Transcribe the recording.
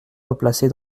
replacer